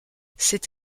c’est